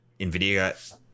nvidia